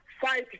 Fight